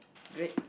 great